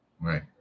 Right